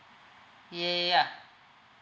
yeah ya